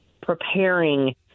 preparing